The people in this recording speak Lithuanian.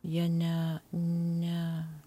jie ne ne